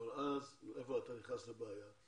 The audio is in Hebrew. כאן אתה נכנס לבעיה.